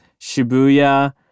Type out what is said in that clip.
Shibuya